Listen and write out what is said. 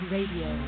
Radio